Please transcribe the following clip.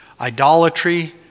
idolatry